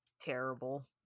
terrible